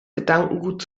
gedankengut